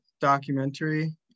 documentary